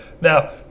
Now